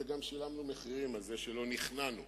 וגם שילמנו מחיר על זה שלא נכנענו,